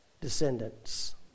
descendants